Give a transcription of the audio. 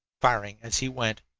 firing as he went.